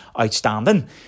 outstanding